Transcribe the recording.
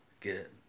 get